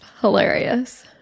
hilarious